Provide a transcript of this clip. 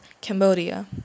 Cambodia